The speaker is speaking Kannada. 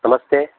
ನಮಸ್ತೆ